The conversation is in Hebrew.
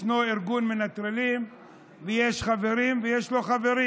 ישנו ארגון מנטרלים ויש בו חברים.